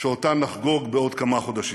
שאותן נחגוג בעוד כמה חודשים.